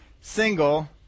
single